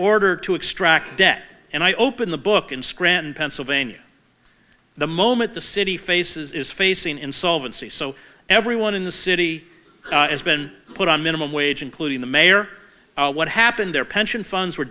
order to extract debt and i opened the book in scranton pennsylvania the moment the city faces is facing insolvency so everyone in the city has been put on minimum wage including the mayor what happened their pension funds were